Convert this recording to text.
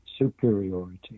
superiority